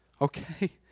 Okay